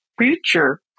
future